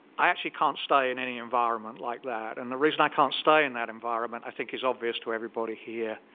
i actually can't stay in any environment like that. and the reason i can't stay in that environment i think is obvious to everybody here.